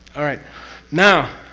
alright now.